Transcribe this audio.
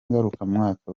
ngarukamwaka